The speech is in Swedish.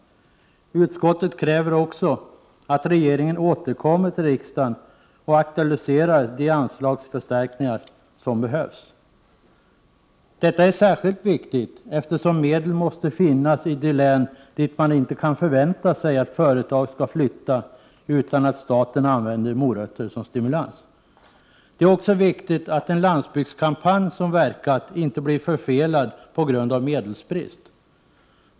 Utskottet kräver också att regeringen återkommer till riksdagen och aktualiserar de anslagsförstärkningar som behövs. Detta är särskilt viktigt eftersom medel måste finnas i de län dit man inte kan förvänta sig att företag skall flytta utan att staten använder morötter som stimulans. Det är också viktigt att den landsbygdskampanj som verkat inte blir förfelad på grund av medelsbrist.